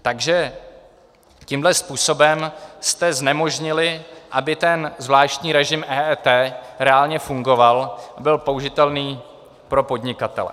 Takže tímhle způsobem jste znemožnili, aby zvláštní režim EET reálně fungoval a byl použitelný pro podnikatele.